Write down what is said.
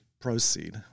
Proceed